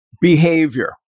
behavior